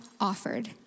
offered